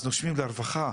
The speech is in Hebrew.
אז נושמים לרווחה,